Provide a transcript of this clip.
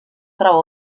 troba